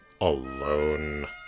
alone